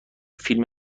فیلم